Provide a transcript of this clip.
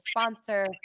sponsor